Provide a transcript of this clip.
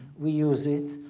we use it.